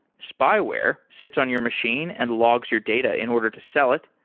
spyware sits on your machine and logs your data in order to sell it.